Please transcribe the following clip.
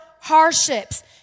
hardships